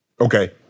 Okay